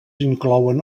inclouen